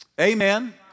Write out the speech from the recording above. Amen